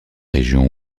région